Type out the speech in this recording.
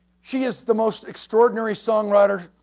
she is the most extraordinary songwriter.